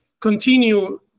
continue